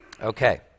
Okay